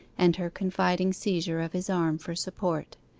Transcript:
and her confiding seizure of his arm for support.